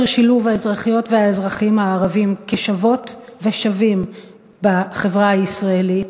שילוב האזרחיות והאזרחים הערבים כשוות ושווים בחברה הישראלית,